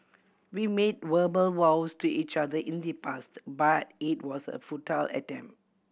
we made verbal vows to each other in the past but it was a futile attempt